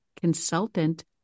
consultant